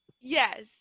Yes